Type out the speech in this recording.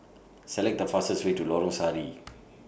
Select The fastest Way to Lorong Sari